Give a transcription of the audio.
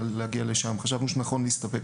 חשבנו שנכון להסתפק,